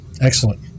Excellent